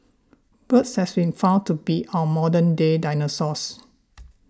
birds has been found to be our modern day dinosaurs